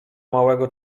małego